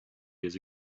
years